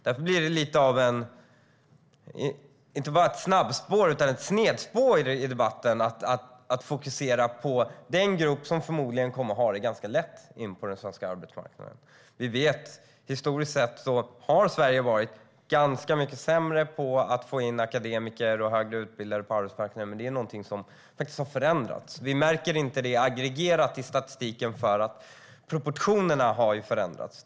Därför blir det inte bara ett snabbspår utan ett snedspår i debatten att fokusera på den grupp som förmodligen kommer att ha det ganska lätt att komma in på den svenska arbetsmarknaden. Historiskt sett har Sverige varit ganska mycket sämre på att få in akademiker och högre utbildade på arbetsmarknaden, men det har förändrats. Vi märker det inte aggregerat i statistiken för att proportionerna ju har förändrats.